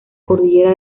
cordillera